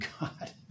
God